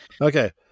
Okay